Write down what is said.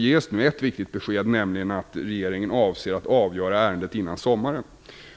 ges nu ett viktigt besked, nämligen att regeringen avser att avgöra ärendet innan sommaren.